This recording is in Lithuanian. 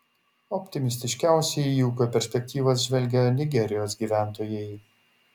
optimistiškiausiai į ūkio perspektyvas žvelgia nigerijos gyventojai